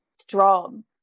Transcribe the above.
strong